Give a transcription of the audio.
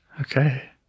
Okay